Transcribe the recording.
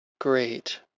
great